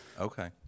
Okay